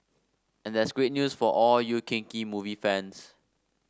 and that's great news for all you kinky movie fans